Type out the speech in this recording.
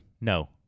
No